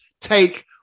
take